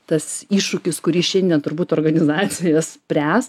tas iššūkis kurį šiandien turbūt organizacijos spręs